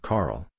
Carl